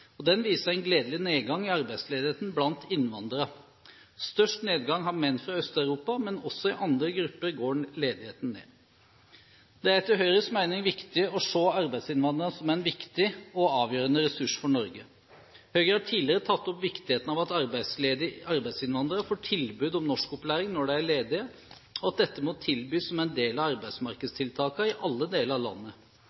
Den viser en gledelig nedgang i arbeidsledigheten blant innvandrere. Størst nedgang har menn fra Øst-Europa, men også i andre grupper går ledigheten ned. Det er etter Høyres mening viktig å se arbeidsinnvandrere som en viktig og avgjørende ressurs for Norge. Høyre har tidligere tatt opp viktigheten av at arbeidsledige arbeidsinnvandrere får tilbud om norskopplæring når de er ledige, og at dette må tilbys som en del av